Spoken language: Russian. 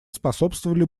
способствовали